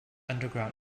underground